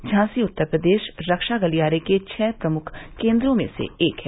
झांसी उत्तर प्रदेश रक्षा गलियारे के छह प्रमुख केन्द्रों में से एक है